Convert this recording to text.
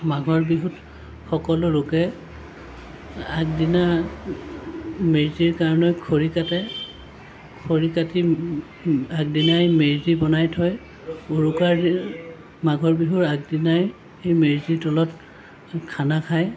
মাঘৰ বিহুত সকলো লোকে আগদিনা মেজিৰ কাৰণে খৰি কাটে খৰি কাটি আগদিনাই মেজি বনাই থয় উৰুকাই মাঘৰ বিহুৰ আগদিনাই এই মেজিৰ তলত খানা খায়